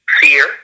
Fear